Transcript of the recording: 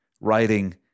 writing